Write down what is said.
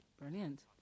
brilliant